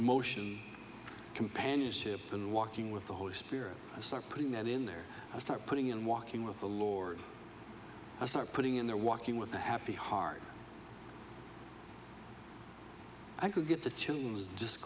motion companionship and walking with the holy spirit i start putting that in there i start putting in walking with the lord i start putting in there walking with a happy heart i could get the children